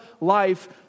life